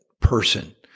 person